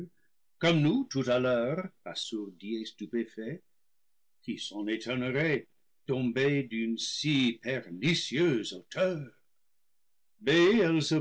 tout à l'heure assourdis et stupéfaits qui s'en étonnerait tombées d'une si pernicieuse hauteur